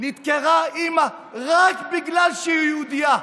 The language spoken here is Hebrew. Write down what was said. נדקרה אימא רק בגלל שהיא יהודייה.